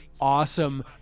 awesome